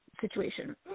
situation